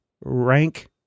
rank